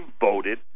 voted